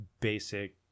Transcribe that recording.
basic